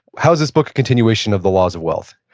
how is this book a continuation of the laws of wealth?